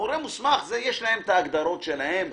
"מורה מוסמך" יש להם את ההגדרות שלהם,